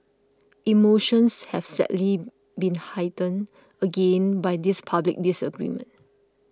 emotions have sadly been heightened again by this public disagreement